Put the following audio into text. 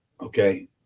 Okay